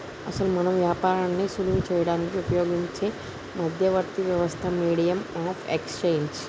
అసలు మనం వ్యాపారాన్ని సులువు చేయడానికి ఉపయోగించే మధ్యవర్తి వ్యవస్థ మీడియం ఆఫ్ ఎక్స్చేంజ్